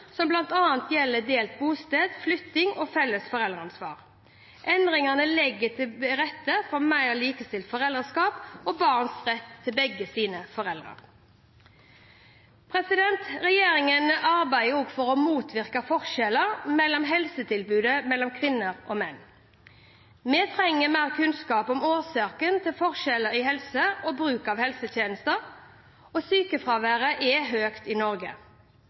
som bl.a. gjelder delt bosted, flytting og felles foreldreansvar. Endringene legger til rette for mer likestilt foreldreskap og barns rett til begge sine foreldre. Regjeringen arbeider for å motvirke forskjeller i helsetilbudet mellom kvinner og menn. Vi trenger mer kunnskap om årsaker til forskjeller i helse og bruk av helsetjenester. Sykefraværet er høyt i Norge.